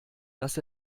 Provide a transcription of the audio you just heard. dass